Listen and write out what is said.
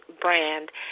brand